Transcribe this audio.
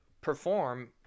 perform